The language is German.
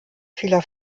vieler